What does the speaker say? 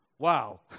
Wow